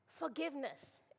Forgiveness